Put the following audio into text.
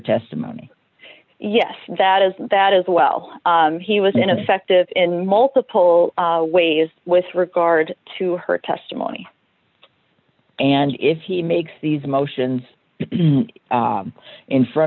testimony yes that is that as well he was ineffective in multiple ways with regard to her testimony and if he makes these motions in front